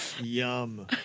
yum